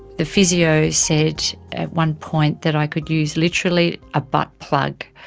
the physio said at one point that i could use literally a butt plug.